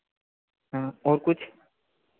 हाँ और कुछ